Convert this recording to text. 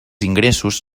ingressos